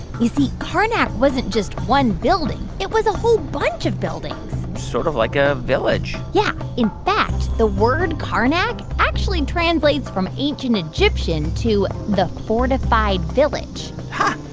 you see karnak wasn't just one building it was a whole bunch of buildings sort of like a village yeah. in fact, the word karnak actually translates from ancient egyptian to the fortified village huh.